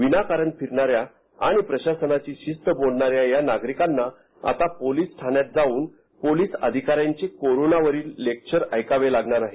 विनाकारण फिरणाऱ्या आणि प्रशासनाची शिस्त मोडणाऱ्या या नागरिकांना आता पोलीस ठाण्यात जाऊन पोलीस अधिकाऱ्यांचे कोरोना वरील लेक्चर ऐकावे लागणार आहे